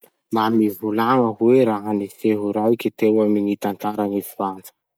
Mba mivolagna hoe raha-niseho raiky teo amy gny tantaran'i Frantsa?